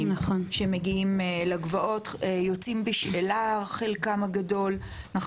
שמגיעים לגבעות יוצאים בשאלה חלקם הגדול אנחנו